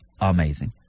amazing